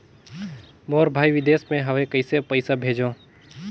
मोर भाई विदेश मे हवे कइसे पईसा भेजो?